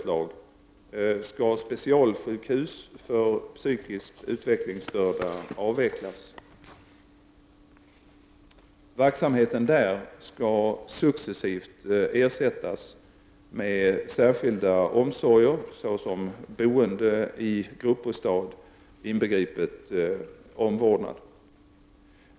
sivt ersättas med särskilda omsorger, såsom boende i gruppbostad inbegripet omvårdnad.